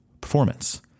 performance